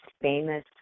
famous